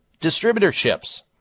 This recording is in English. distributorships